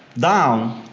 down,